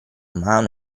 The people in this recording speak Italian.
mano